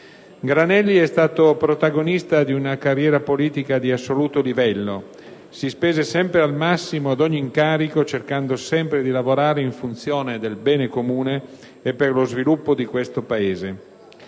Granelli è stato protagonista di una carriera politica di assoluto livello; si spese sempre al massimo in ogni incarico cercando sempre di lavorare in funzione del bene comune e per lo sviluppo di questo Paese.